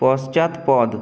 পশ্চাৎপদ